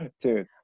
Dude